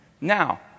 Now